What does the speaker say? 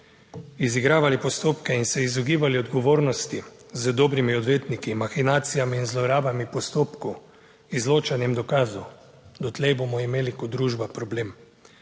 izigravali postopke in se izogibali odgovornosti z dobrimi odvetniki, mahinacijami in zlorabami postopkov, izločanjem dokazov, dotlej bomo imeli kot družba problem.